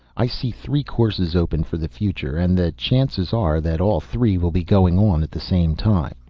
i see three courses open for the future, and the chances are that all three will be going on at the same time.